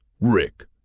Rick